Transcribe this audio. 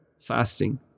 fasting